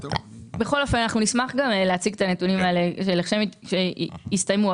נשמח להציג את הנתונים האלה כשהמחקר יסתיים.